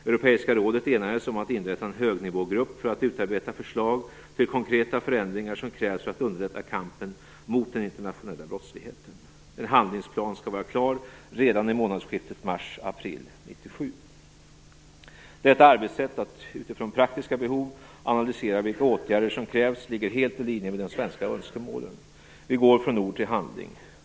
Europeiska rådet enades om att inrätta en högnivågrupp för att utarbeta förslag till konkreta förändringar som krävs för att underlätta kampen mot den internationella brottsligheten. En handlingsplan skall vara klar redan i månadsskiftet mars-april 1997. Detta arbetssätt, att utifrån praktiska behov analysera vilka åtgärder som krävs, ligger helt i linje med svenska önskemål. Vi går från ord till handling.